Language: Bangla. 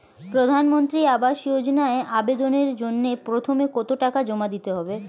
প্রধানমন্ত্রী আবাস যোজনায় আবেদনের জন্য প্রথমে কত টাকা জমা দিতে হবে?